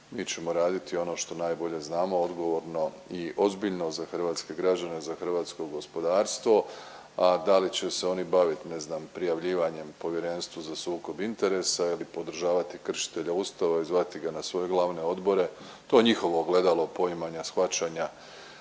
Mi ćemo raditi ono što najbolje znamo odgovorno i ozbiljno za hrvatske građane, za hrvatsko gospodarstvo. A da li će se oni baviti ne znam prijavljivanjem Povjerenstvu za sukob interesa ili podržavati kršitelja Ustava i zvati ga na svoje glavne odbore to je njihovo ogledalo poimanja, shvaćanja